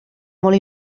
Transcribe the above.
molt